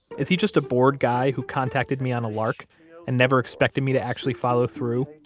is he just a bored guy who contacted me on a lark and never expected me to actually follow through?